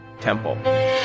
Temple